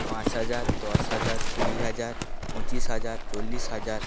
পাঁচ হাজার দশ হাজার কুড়ি হাজার পঁচিশ হাজার চল্লিশ হাজার